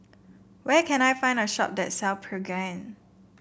where can I find a shop that sell Pregain